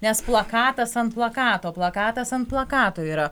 nes plakatas ant plakato plakatas ant plakato yra